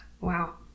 Wow